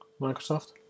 Microsoft